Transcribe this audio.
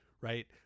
right